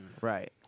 right